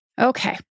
Okay